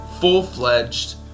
full-fledged